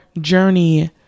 journey